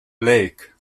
lake